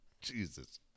Jesus